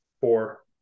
Four